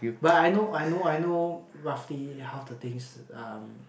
but I know I know I know roughly half the things um